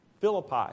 Philippi